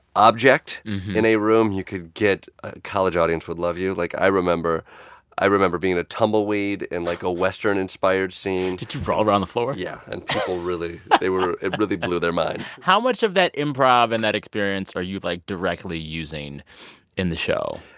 object in a room, you could get a college audience would love you. like, i remember i remember being a tumbleweed in, like, a western-inspired scene did you roll around the floor? yeah. and people really they were it blew their mind how much of that improv and that experience are you, like, directly using in the show?